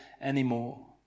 anymore